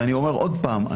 ואני אומר עוד פעם,